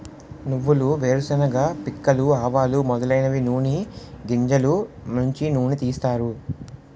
నువ్వులు వేరుశెనగ పిక్కలు ఆవాలు మొదలైనవి నూని గింజలు నుంచి నూనె తీస్తారు